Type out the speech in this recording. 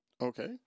Okay